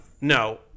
No